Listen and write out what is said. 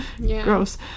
gross